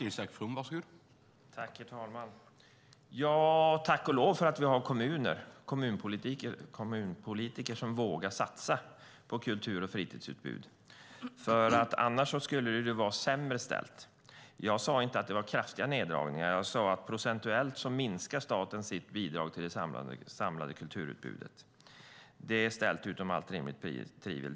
Herr talman! Tack och lov för att vi har kommunpolitiker som vågar satsa på kultur och fritidsutbud. Annars skulle det vara sämre ställt. Jag sade inte att det var fråga om kraftiga neddragningar utan jag sade att procentuellt minskar staten sitt bidrag till det samlade kulturutbudet. Det är ställt utom allt rimligt tvivel.